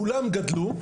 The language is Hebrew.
כולם גדלו,